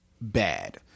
bad